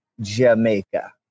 Jamaica